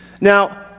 Now